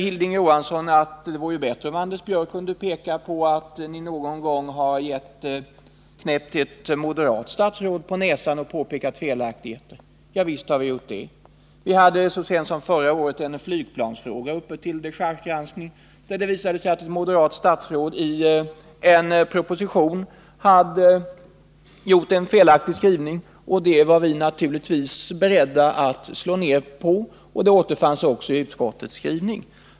Hilding Johansson sade att det vore bättre om jag kunde peka på att vi moderater någon gång har knäppt ett moderat statsråd på näsan och påpekat felaktigheter. Visst har vi gjort det! Vi hade så sent som förra året en flygplansfråga uppe till dechargegranskning. Det visade sig då att ett moderat statsråd i en proposition hade gjort sig skyldig till en felaktig skrivning. Det var vi naturligtvis beredda att slå ner på, och kritiken återfanns också i utskottets skrivning.